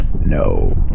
no